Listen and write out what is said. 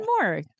more